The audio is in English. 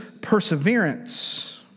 perseverance